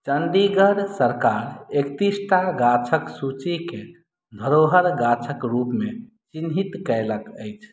चण्डीगढ़ सरकार एकतीस टा गाछक सूचीकेँ धरोहर गाछक रूपमे चिह्नित कयलक अछि